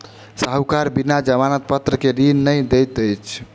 साहूकार बिना जमानत पत्र के ऋण नै दैत अछि